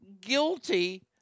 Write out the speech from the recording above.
guilty